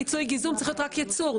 מיצוי וגיזום צריך להיות רק ייצור.